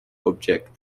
object